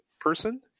person